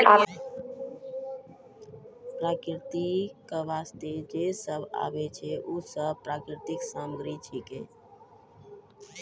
प्रकृति क वास्ते जे सब आबै छै, उ सब प्राकृतिक सामग्री छिकै